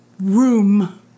room